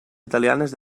italianes